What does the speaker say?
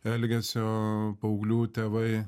elgesio paauglių tėvai